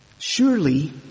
Surely